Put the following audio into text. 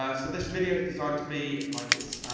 ah so this video is designed to be, like it's,